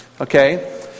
okay